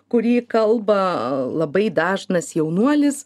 kurį kalba labai dažnas jaunuolis